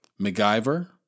MacGyver